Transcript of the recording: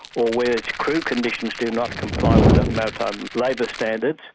or where its crew conditions do not comply with the maritime labour standards,